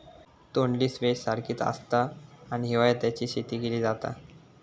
तोंडली स्क्वैश सारखीच आसता आणि हिवाळ्यात तेची शेती केली जाता